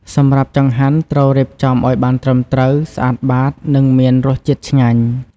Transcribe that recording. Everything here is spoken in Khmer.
សម្រាប់ចង្ហាន់ត្រូវរៀបចំឲ្យបានត្រឹមត្រូវ ស្អាតបាត និងមានរសជាតិឆ្ងាញ់។